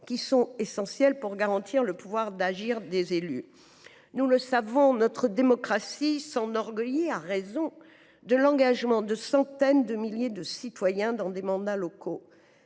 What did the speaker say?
essentielle pour garantir le pouvoir d’agir des élus. Nous le savons, notre démocratie s’enorgueillit – avec raison – de l’engagement de centaines de milliers de citoyens dans des mandats locaux.